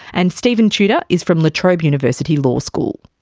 and steven tudor is from la trobe university law school.